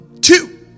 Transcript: two